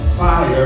fire